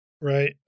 Right